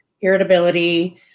irritability